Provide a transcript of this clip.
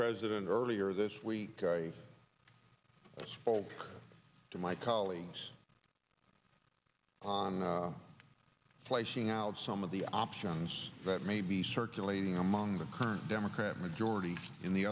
president earlier this week i spoke to my colleagues on placing out some of the options that may be circulating among the current democrat majority in the